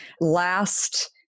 last